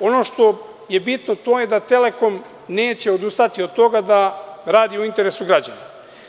ono što je bitno, to je da Telekom neće odustati od toga da radi u interesu građana.